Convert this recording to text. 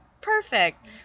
perfect